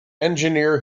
engineer